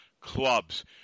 Clubs